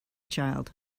child